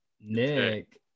Nick